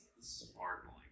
sparkling